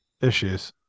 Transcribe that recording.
issues